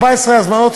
14 הזמנות,